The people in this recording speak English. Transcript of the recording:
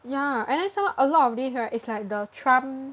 ya and then some more a lot of these right it's like the Trump